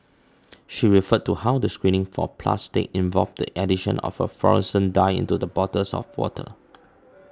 she referred to how the screening for plastic involved the addition of a fluorescent dye into the bottles of water